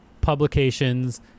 publications